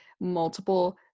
multiple